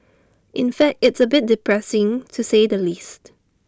in fact it's A bit depressing to say the least